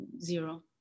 zero